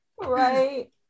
right